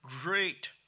great